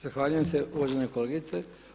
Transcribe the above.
Zahvaljujem se uvažena kolegice.